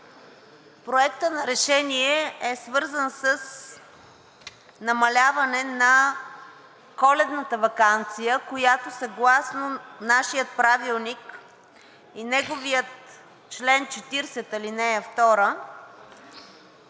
Проектът на решение е свързан с намаляване на коледната ваканция, която съгласно нашия Правилник и неговия чл. 40, ал. 2